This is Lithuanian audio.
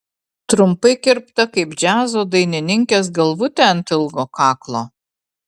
trumpai kirpta kaip džiazo dainininkės galvutė ant ilgo kaklo